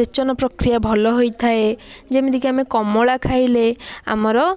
ରେଚନ ପ୍ରକ୍ରିୟା ଭଲ ହୋଇଥାଏ ଯେମିତିକି ଆମେ କମଳା ଖାଇଲେ ଆମର